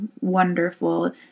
wonderful